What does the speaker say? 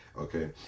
okay